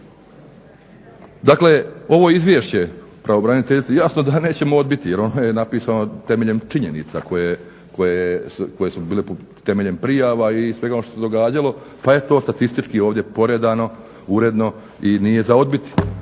Dakle, ovo izvješće pravobraniteljice jasno da nećemo odbiti jer ono je napisano temeljem činjenica koje su bile temeljem prijava i svega onoga što se događalo, pa je to statistički ovdje poredano uredno i nije za odbiti.